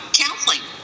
counseling